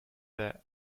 the